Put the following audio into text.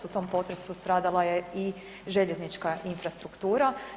U tom potresu stradala je i željeznička infrastruktura.